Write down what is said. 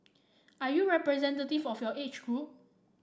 are you representative of your age group